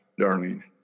darling